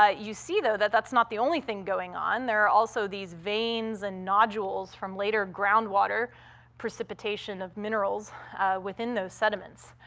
ah you see, though, that that's not the only thing going on. there are also these veins and nodules from later groundwater precipitation of minerals within those sediments.